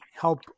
help